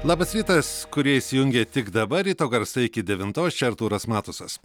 labas rytas kurie įsijungė tik dabar ryto garsai iki devintos čia artūras matusas